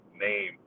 name